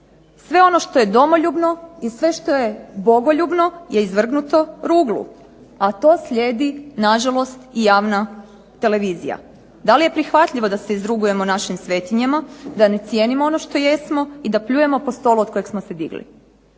sve ono što je domoljubno i sve što je bogoljubno je izvrgnuto ruglu, a to slijedi nažalost i javna televizija. Da li je prihvatljivo da se izrugujemo našim svetinjama, da ne cijenimo ono što jesmo i da pljujemo po stolu od kojeg smo se digli.